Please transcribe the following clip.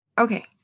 Okay